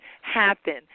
happen